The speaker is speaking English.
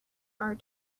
our